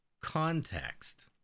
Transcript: context